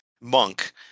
monk